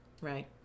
right